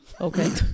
okay